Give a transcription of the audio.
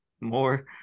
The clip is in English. More